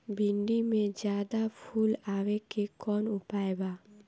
भिन्डी में ज्यादा फुल आवे के कौन उपाय बा?